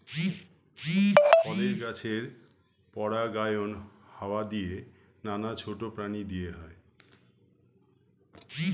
ফলের গাছের পরাগায়ন হাওয়া দিয়ে, নানা ছোট প্রাণী দিয়ে হয়